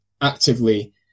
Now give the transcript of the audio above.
actively